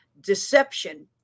deception